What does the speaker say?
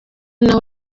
naho